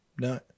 No